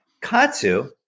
Katsu